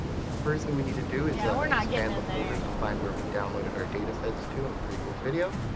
so the first thing we need to do is ah expand the folders to find where we downloaded our datasets to in the previous video.